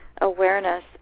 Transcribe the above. Awareness